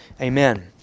Amen